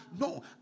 No